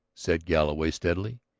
said galloway steadily.